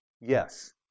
Yes